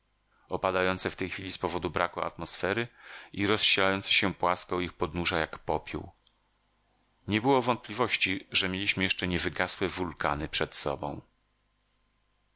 opadające w tej chwili z powodu braku atmosfery i rozścielające się płasko u ich podnóża jak popiół nie było wątpliwości że mieliśmy jeszcze niewygasłe wulkany przed sobą